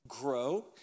grow